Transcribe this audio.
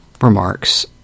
remarks